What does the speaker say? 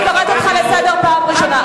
אני קוראת אותך לסדר פעם ראשונה.